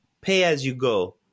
pay-as-you-go